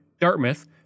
Dartmouth